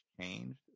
changed